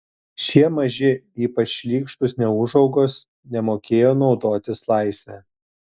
šie maži ypač šlykštūs neūžaugos nemokėjo naudotis laisve